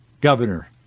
Governor